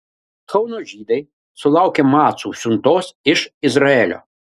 kauno žydai sulaukė macų siuntos iš izraelio